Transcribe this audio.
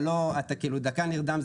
אתה כאילו דקה נרדם,